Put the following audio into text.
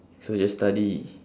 so we just study